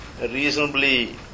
reasonably